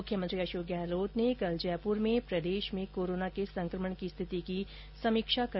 मुख्यमंत्री अशोक गहलोत ने कल जयपुर में प्रदेश में कोरोना के संक्रमण की स्थिति की समीक्षा की